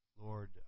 Lord